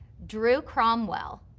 drew cromwell,